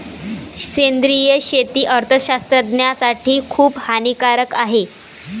सेंद्रिय शेती अर्थशास्त्रज्ञासाठी खूप हानिकारक आहे